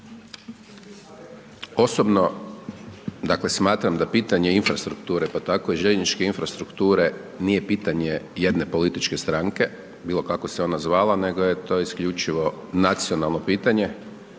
Osobno, dakle, smatram da pitanje infrastrukture, pa tako i željezničke infrastrukture nije pitanje jedne političke stranke, bilo kako se ona zvala, nego je to isključivo nacionalno pitanje,